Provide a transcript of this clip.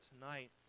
tonight